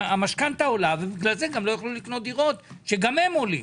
המשכנתא עולה ולכן גם לא יוכלו לקנות דירות שגם הם עולים.